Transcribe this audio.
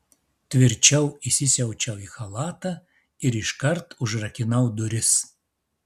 tvirčiau įsisiaučiau į chalatą ir iškart užrakinau duris